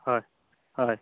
हय हय